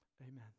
Amen